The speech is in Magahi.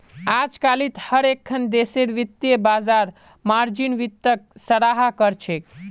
अजकालित हर एकखन देशेर वित्तीय बाजार मार्जिन वित्तक सराहा कर छेक